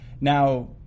Now